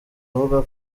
avuga